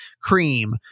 cream